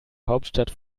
hauptstadt